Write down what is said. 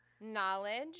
Knowledge